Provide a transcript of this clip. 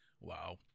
Wow